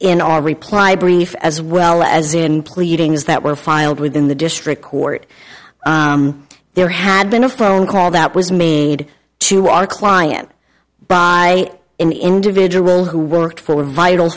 in our reply brief as well as in pleadings that were filed within the district court there had been a phone call that was made to our client by an individual who worked for vital